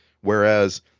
Whereas